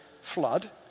flood